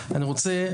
אני רוצה,